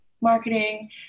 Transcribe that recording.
marketing